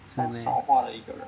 真的 meh